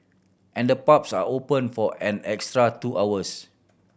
and the pubs are open for an extra two hours